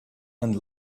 and